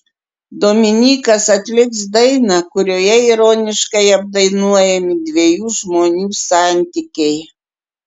dominykas atliks dainą kurioje ironiškai apdainuojami dviejų žmonių santykiai